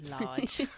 large